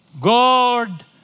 God